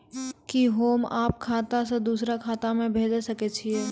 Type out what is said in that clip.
कि होम आप खाता सं दूसर खाता मे भेज सकै छी?